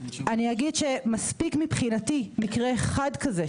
אני אגיד שמספיק מבחינתי מקרה אחד כזה,